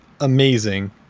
amazing